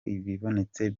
ibonetse